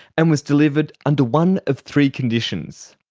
and was delivered under one of three conditions.